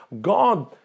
God